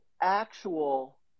actual